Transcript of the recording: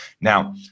Now